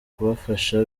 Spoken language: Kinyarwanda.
kubafasha